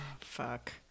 Fuck